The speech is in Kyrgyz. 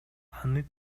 аны